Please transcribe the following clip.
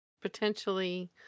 potentially